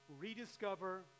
rediscover